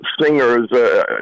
singers